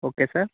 okay sir